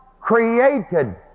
created